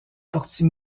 partie